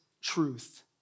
truth